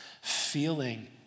feeling